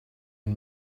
and